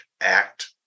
act